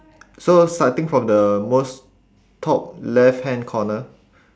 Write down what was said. so starting from the most top left hand corner